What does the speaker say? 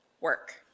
Work